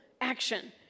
action